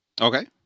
Okay